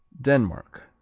Denmark